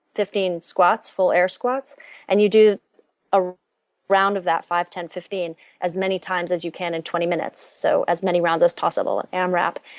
fifteen squats, full air squats and you do a round of that five, ten, fifteen as many times as you can in twenty minutes, so as many rounds as possible and rep.